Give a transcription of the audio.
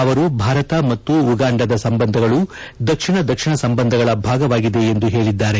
ಅವರು ಭಾರತ ಮತ್ತು ಉಗಾಂಡದ ಸಂಬಂಧಗಳು ದಕ್ಷಿಣ ದಕ್ಷಿಣ ಸಂಬಂಧಗಳ ಭಾಗವಾಗಿದೆ ಎಂದು ಹೇಳಿದ್ದಾರೆ